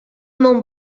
mon